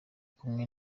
kumwe